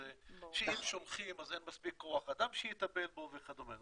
שאם שולחים אז אין מספיק כוח אדם שיטפל בו וכדומה.